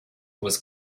was